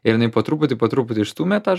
ir jinai po truputį po truputį išstūmė tą